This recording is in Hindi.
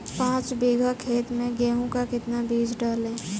पाँच बीघा खेत में गेहूँ का कितना बीज डालें?